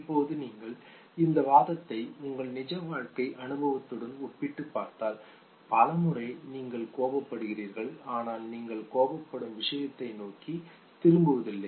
இப்போது நீங்கள் இந்த வாதத்தை உங்கள் நிஜ வாழ்க்கை அனுபவத்துடன் ஒப்பிட்டு பார்த்தால் பல முறை நீங்கள் கோபப்படுகிறீர்கள் ஆனால் நீங்கள் கோபப்படும் விஷயத்தை நோக்கி திரும்புவதில்லை